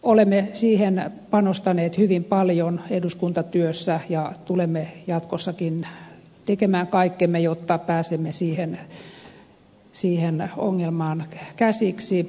olemme siihen panostaneet hyvin paljon eduskuntatyössä ja tulemme jatkossakin tekemään kaikkemme jotta pääsemme siihen ongelmaan käsiksi